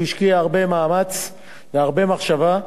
הוא השקיע הרבה מאמץ והרבה מחשבה,